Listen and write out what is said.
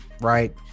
right